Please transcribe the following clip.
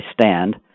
stand